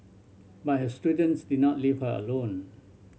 but her students did not leave her alone